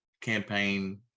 campaign